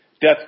death